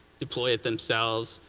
deploy it themselves,